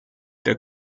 der